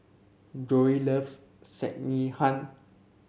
Joey loves Sekihan